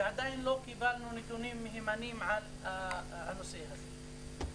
ועדיין לא קיבלנו נתונים מהימנים על הנושא הזה.